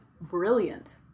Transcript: Brilliant